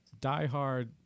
diehard